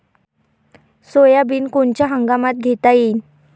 Soybean कोनच्या हंगामात घेता येईन?